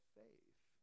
faith